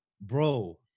bro